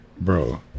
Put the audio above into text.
Bro